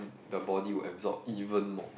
the body will absorb even more